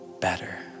better